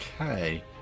Okay